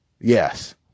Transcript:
Yes